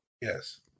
Yes